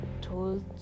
told